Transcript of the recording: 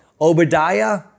Obadiah